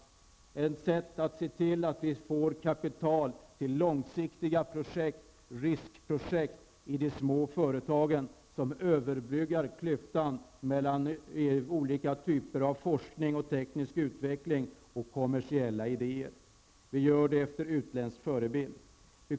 Det är ett sätt att se till att vi får kapital till långsiktiga projekt och riskprojekt i de små företagen som överbryggar klyftan mellan olika typer av forskning och teknisk utveckling och kommersiella idéer. Vi gör det efter utländsk förebild.